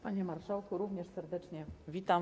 Panie Marszałku, również serdecznie witam!